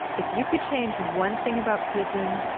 if you could change one thing about prison,